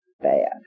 bad